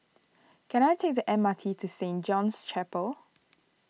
can I take the M R T to Saint John's Chapel